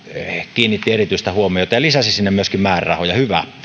kiinnitti erityistä huomiota ja mihin se lisäsi myöskin määrärahoja hyvä